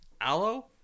aloe